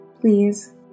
please